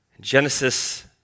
Genesis